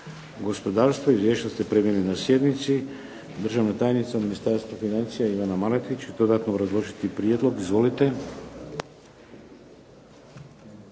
gospodarstvo. Izvješća ste primili na sjednici. Državna tajnica u Ministarstvu financija Ivana Maletić će dodatno obrazložiti prijedlog. Izvolite.